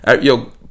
yo